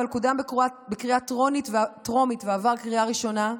אבל קודם בקריאה טרומית ועבר קריאה ראשונה,